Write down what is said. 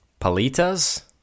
palitas